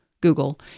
Google